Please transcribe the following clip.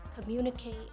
communicate